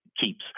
keeps